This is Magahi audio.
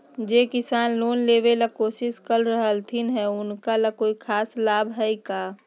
जे किसान लोन लेबे ला कोसिस कर रहलथिन हे उनका ला कोई खास लाभ हइ का?